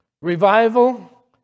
Revival